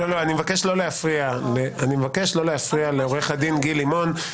אני מבקש לא להפריע לעו"ד גיל לימון.